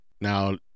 Now